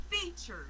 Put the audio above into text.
features